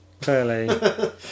clearly